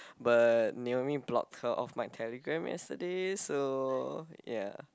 but Naomi block her off my Telegram yesterday so ya